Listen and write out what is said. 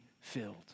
filled